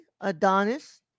Adonis